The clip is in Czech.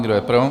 Kdo je pro?